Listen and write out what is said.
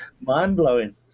mind-blowing